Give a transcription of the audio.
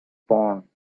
born